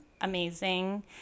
amazing